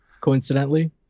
Coincidentally